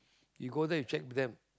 you go there you check with them